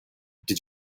did